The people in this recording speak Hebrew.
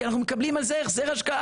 כי אנחנו מקבלים על זה החזר השקעה,